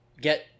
get